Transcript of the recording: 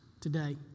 Today